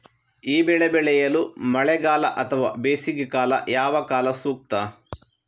ಈ ಬೆಳೆ ಬೆಳೆಯಲು ಮಳೆಗಾಲ ಅಥವಾ ಬೇಸಿಗೆಕಾಲ ಯಾವ ಕಾಲ ಸೂಕ್ತ?